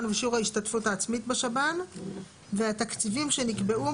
ושיעור ההשתתפות העצמית בשב"ן והתקציבים שנקבעו,